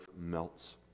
melts